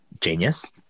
genius